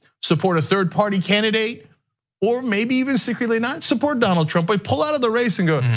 support a third party candidate or maybe even secretly not support donald trump, but pull out of the race and go,